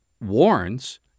warns